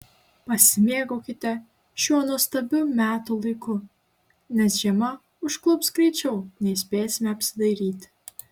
pasimėgaukite šiuo nuostabiu metų laiku nes žiema užklups greičiau nei spėsime apsidairyti